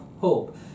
hope